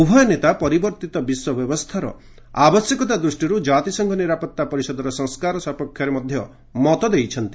ଉଭୟ ନେତା ପରିବର୍ତ୍ତିତ ବିଶ୍ୱ ବ୍ୟବସ୍ଥାର ଆବଶ୍ୟକତା ଦୃଷ୍ଟିରୁ କ୍ରାତିସଂଘ ନିରାପତ୍ତା ପରିଷଦର ସଂସ୍କାର ସପକ୍ଷରେ ମତ ଦେଇଛନ୍ତି